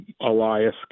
Elias